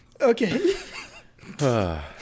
Okay